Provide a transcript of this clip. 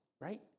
Right